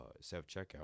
self-checkout